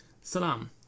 Salam